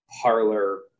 parlor